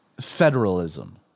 federalism